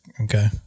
Okay